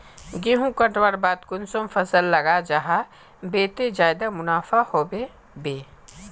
गेंहू कटवार बाद कुंसम फसल लगा जाहा बे ते ज्यादा मुनाफा होबे बे?